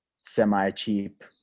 semi-cheap